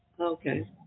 okay